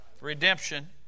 Redemption